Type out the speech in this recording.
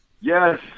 Yes